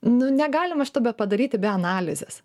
nu negalima šito bepadaryti be analizės